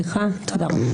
תודה רבה.